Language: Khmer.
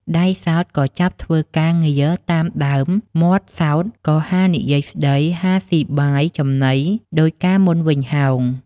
ដៃសោតក៏ចាប់ធ្វើការងារតាមដើម មាត់សោតក៏ហានិយាយស្តី ហាស៊ីបាយចំណីដូចកាលមុនវិញ ហោង ។